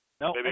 No